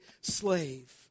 slave